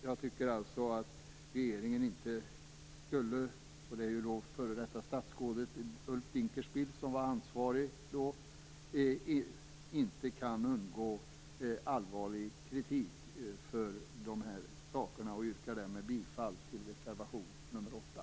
Jag tycker alltså att regeringen - f.d. statsrådet Dinkelspiel var den som var ansvarig då - inte kan undgå allvarlig kritik för de här sakerna. Jag yrkar därmed bifall till reservation nr 8.